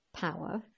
power